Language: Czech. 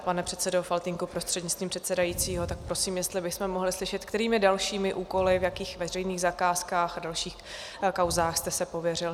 Pane předsedo Faltýnku prostřednictvím předsedajícího, tak prosím, jestli bychom mohli slyšet, kterými dalšími úkoly v jakých veřejných zakázkách a dalších kauzách jste se pověřil.